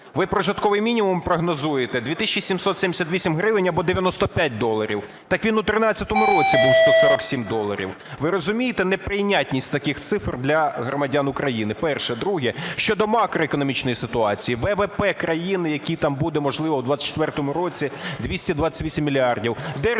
Ви прожитковий мінімум прогнозуєте 2 тисячі 778 гривень, або 95 доларів. Так він у 2013 році був 147 доларів. Ви розумієте неприйнятність таких цифр для громадян України? Перше. Друге: щодо макроекономічної ситуації. ВВП країни, який там буде, можливо, в 2024 році, 228 мільярдів.